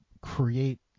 create